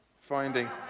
Finding